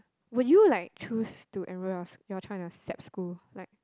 would you like choose to enroll your your child in a sap school like